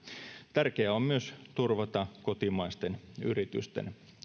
tärkeää on myös turvata kotimaisten yritysten